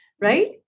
right